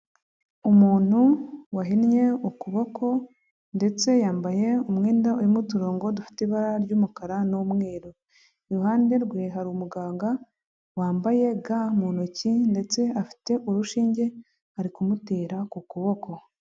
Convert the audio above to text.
Umuntu wahinnye ukuboko ndetse yambaye umwenda urimo uturongo dufite ibara ry'umukara n'umweru, iruhande rwe hari umuganga wambaye ga mu ntoki ndetse afite urushinge ari kumutera ku kuboko.